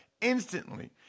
instantly